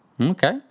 Okay